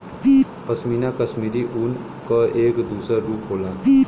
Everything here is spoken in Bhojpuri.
पशमीना कशमीरी ऊन क एक दूसर रूप होला